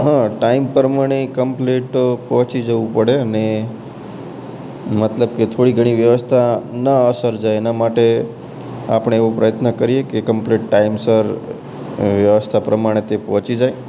હા ટાઇમ પ્રમાણે કમ્પલેટ પહોંચી જવું પડે અને મતલબ કે થોડી ઘણી વ્યવસ્થા ન અ સર્જાય એના માટે આપણે એવો પ્રયત્ન કરીએ કે કમ્પલેટ ટાઇમસર વ્યવસ્થા પ્રમાણે તે પહોંચી જાય